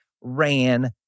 ran